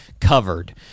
covered